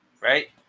right